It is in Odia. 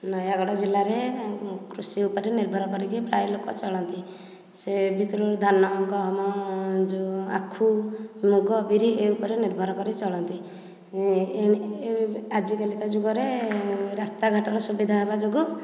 ନୟାଗଡ଼ ଜିଲ୍ଲାରେ କୃଷି ଉପରେ ନିର୍ଭର କରି ପ୍ରାୟ ଲୋକ ଚଳନ୍ତି ସେଭିତରୁ ଧାନ ଗହମ ଯେଉଁ ଆଖୁ ମୁଗ ବିରି ଏ ଉପରେ ନିର୍ଭର କରି ଚଳନ୍ତି ଆଜି କାଲିକା ଯୁଗରେ ରାସ୍ତା ଘାଟର ସୁବିଧା ହେବା ଯୋଗୁଁ